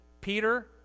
Peter